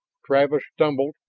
travis stumbled,